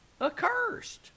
Accursed